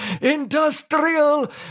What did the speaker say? industrial